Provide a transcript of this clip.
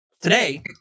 Today